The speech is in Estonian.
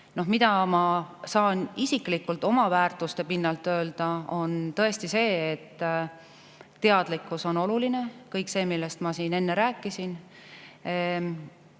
valiku. Mida ma saan isiklikult oma väärtuste pinnalt öelda, on tõesti see, et teadlikkus on oluline – kõik see, millest ma enne rääkisin.